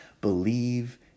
believe